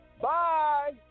bye